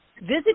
visit